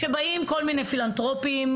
שבאים כל מיני פילנתרופים,